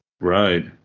Right